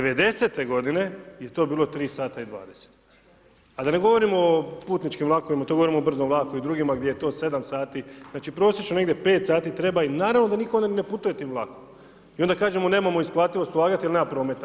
90-e godine je to bilo 3 sata i 20., a da ne govorimo o putničkim vlakovima to moramo brzo vlakom i drugima gdje je to 7 sati, znači prosječno negdje 5 sati treba im, naravno da nitko ne putuje tim vlakom, i onda kažemo nemamo isplativost ulagati jer nemamo prometa.